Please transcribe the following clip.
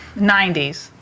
90s